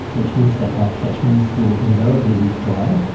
which means that our catchments will invariably be drier,